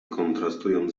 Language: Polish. kontrastują